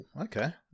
okay